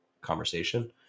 conversation